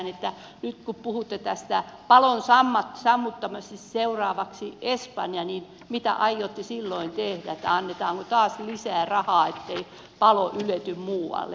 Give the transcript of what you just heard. nyt kun puhutte tästä palon sammuttamisesta ja seuraavaksi espanja niin mitä aiotte silloin tehdä että annetaanko taas lisää rahaa ettei palo ylety muualle